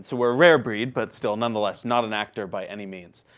so we're a rare breed, but still, nonetheless, not an actor by any means.